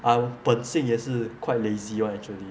I am 本性也是 quite lazy [one] actually